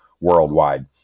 worldwide